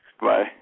Bye